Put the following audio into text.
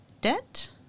debt